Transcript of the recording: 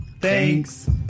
Thanks